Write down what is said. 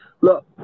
Look